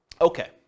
Okay